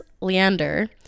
leander